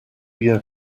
year